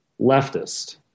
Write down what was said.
leftist